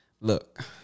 Look